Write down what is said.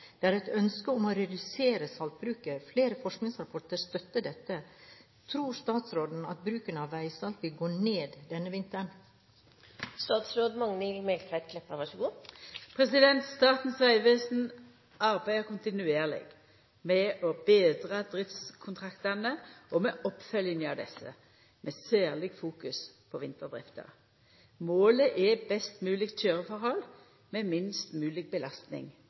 Det er et ønske om redusert saltbruk, flere forskningsrapporter støtter dette. Tror statsråden at bruken av veisalt vil gå ned denne vinteren?» Statens vegvesen arbeider kontinuerleg med å betra driftskontraktane og med oppfølginga av desse, med særleg fokus på vinterdrifta. Målet er best mogleg køyreforhold med minst mogleg belastning